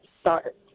start